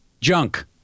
Junk